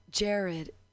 Jared